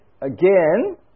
again